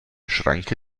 schranke